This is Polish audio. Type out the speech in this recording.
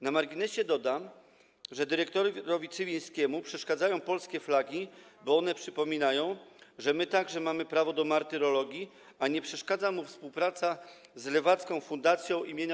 Na marginesie dodam, że dyrektorowi Cywińskiemu przeszkadzają polskie flagi, bo one przypominają, że my także mamy prawo do martyrologii, a nie przeszkadza mu współpraca z lewacką Fundacją im.